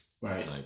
Right